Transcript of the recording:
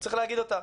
צריך להגיד אותה.